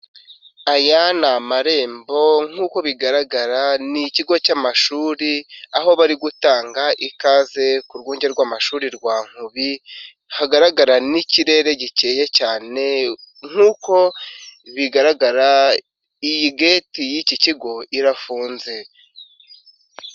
Aya ni amarembo nk'uko bigaragara ni ikigo cy'amashuri aho bari gutanga ikaze ku rwunge rw'amashuri rwa Nkubi, hagaragara n'ikirere gikeye cyane nk'uko bigaragara iyi geti y'iki kigo irafunze.